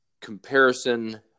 comparison